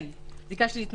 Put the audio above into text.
כן, בדיקה שלילית מחו"ל.